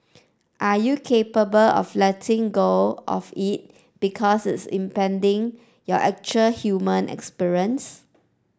are you capable of letting go of it because it's impeding your actual human experience